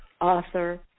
author